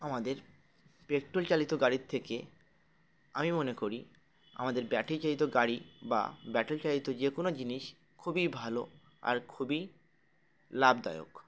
আমাদের পেট্রোল চালিত গাড়ির থেকে আমি মনে করি আমাদের ব্যাটারি চালিত গাড়ি বা ব্যাটারি চালিত যে কোনো জিনিস খুবই ভালো আর খুবই লাভদায়ক